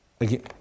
again